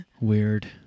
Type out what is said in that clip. Weird